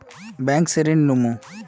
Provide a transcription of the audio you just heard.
Bank से ऋण लुमू?